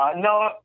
No